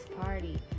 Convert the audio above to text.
party